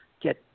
get